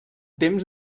temps